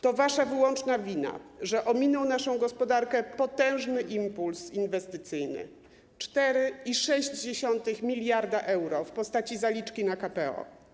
To wasza wyłączna wina, że ominął naszą gospodarkę potężny impuls inwestycyjny - 4,6 mld euro w postaci zaliczki na KPO.